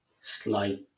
slight